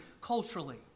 culturally